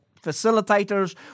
facilitators